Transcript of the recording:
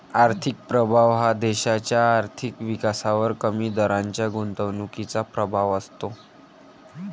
आर्थिक प्रभाव हा देशाच्या आर्थिक विकासावर कमी दराच्या गुंतवणुकीचा प्रभाव असतो